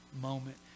moment